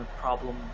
problem